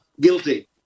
guilty